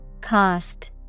Cost